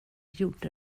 gjorde